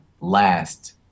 last